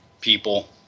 people